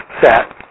set